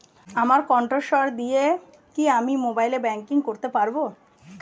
আমার কন্ঠস্বর দিয়ে কি আমি মোবাইলে ব্যাংকিং করতে পারবো?